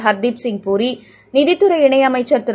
ஹர்தீப்சிங் புரி நிதித்துறை இணையமைச்ச் திரு